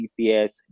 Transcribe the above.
GPS